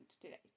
today